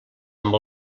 amb